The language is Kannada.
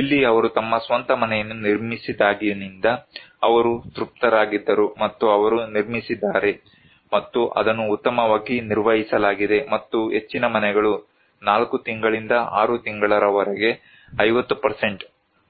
ಇಲ್ಲಿ ಅವರು ತಮ್ಮ ಸ್ವಂತ ಮನೆಯನ್ನು ನಿರ್ಮಿಸಿದಾಗಿನಿಂದ ಅವರು ತೃಪ್ತರಾಗಿದ್ದರು ಮತ್ತು ಅವರು ನಿರ್ಮಿಸಿದ್ದಾರೆ ಮತ್ತು ಅದನ್ನು ಉತ್ತಮವಾಗಿ ನಿರ್ವಹಿಸಲಾಗಿದೆ ಮತ್ತು ಹೆಚ್ಚಿನ ಮನೆಗಳು 4 ತಿಂಗಳಿಂದ 6 ತಿಂಗಳವರೆಗೆ 50